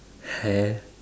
hair